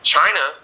China